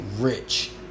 rich